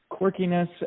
quirkiness